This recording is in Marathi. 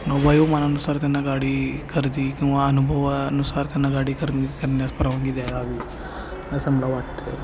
वयोमानानुसार त्यांना गाडी खरेदी किंवा अनुभवानुसार त्यांना गाडी कर करण्यास परवानगी द्यावी असं मला वाटते